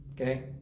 Okay